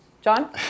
John